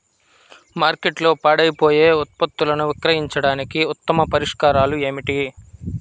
మార్కెట్లో పాడైపోయే ఉత్పత్తులను విక్రయించడానికి ఉత్తమ పరిష్కారాలు ఏమిటి?